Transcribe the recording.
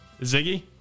Ziggy